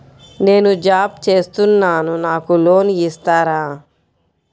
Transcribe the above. నేను జాబ్ చేస్తున్నాను నాకు లోన్ ఇస్తారా?